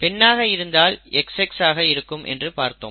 பெண்ணாக இருந்தால் XX ஆக இருக்கும் என்று பார்த்தோம்